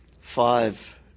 five